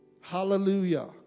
Hallelujah